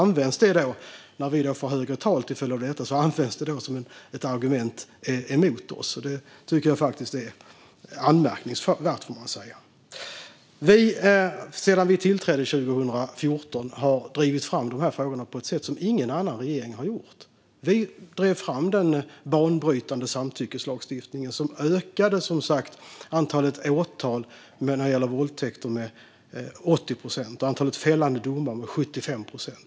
När Sverige då får högre tal till följd av detta används det som ett argument emot oss, och det tycker jag är anmärkningsvärt. Sedan regeringen tillträdde 2014 har vi drivit fram de här frågorna på ett sätt som ingen annan regering har gjort. Vi drev fram den banbrytande samtyckeslagstiftningen, som alltså ledde till att antalet åtal när det gäller våldtäkter ökade med 80 procent och antalet fällande domar med 75 procent.